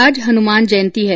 आज हनुमान जयंती है